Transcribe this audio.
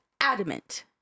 adamant